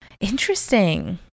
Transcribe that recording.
Interesting